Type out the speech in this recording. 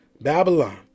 Babylon